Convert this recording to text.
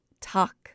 talk